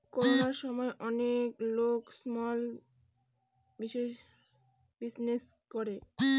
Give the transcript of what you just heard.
করোনার সময় অনেক লোক স্মল বিজনেস করে